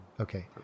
okay